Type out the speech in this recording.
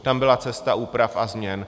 Tam byla cesta úprav a změn.